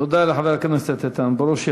תודה לחבר הכנסת איתן ברושי.